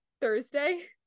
Thursday